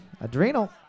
Adrenal